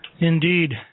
Indeed